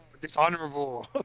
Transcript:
Dishonorable